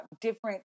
different